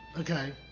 Okay